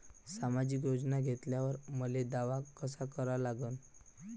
सामाजिक योजना घेतल्यावर मले दावा कसा करा लागन?